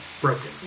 broken